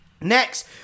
Next